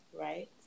right